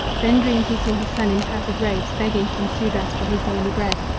then dreamed he saw his son in tattered robes begging from sudras for his daily bread.